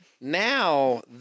Now